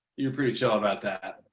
you're pretty chill about that.